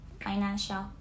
financial